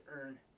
earn